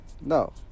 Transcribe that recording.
No